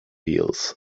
eels